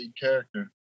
character